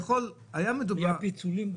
היו פיצולים גדולים.